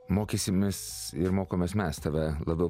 mokysimės ir mokomės mes tave labiau